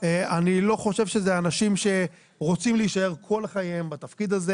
אני לא חושב שזה אנשים שרוצים להישאר כל חייהם בתפקיד הזה.